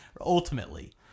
ultimately